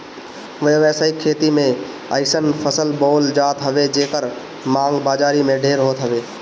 व्यावसायिक खेती में अइसन फसल बोअल जात हवे जेकर मांग बाजारी में ढेर होत हवे